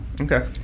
okay